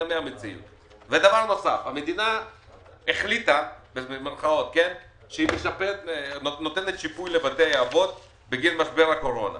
המדינה החליטה שהיא "משפה" את בתי האבות בגין משבר הקורונה.